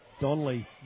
Donnelly